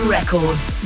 Records